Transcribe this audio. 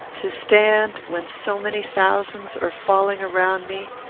to stand, when so many thousands are falling around me,